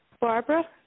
Barbara